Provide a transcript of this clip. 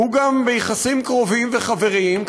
הוא גם ביחסים קרובים וחבריים,